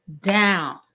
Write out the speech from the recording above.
down